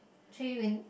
three win~